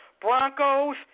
Broncos